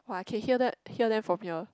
!wah! I can hear that hear them from here